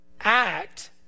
act